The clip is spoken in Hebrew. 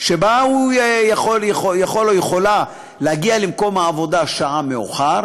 שבה הוא יכול או היא יכולה להגיע למקום העבודה שעה מאוחר